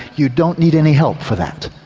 you don't need any help for that,